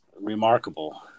remarkable